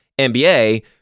NBA